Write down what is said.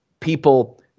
people